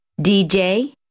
DJ